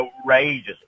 outrageous